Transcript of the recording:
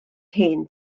hen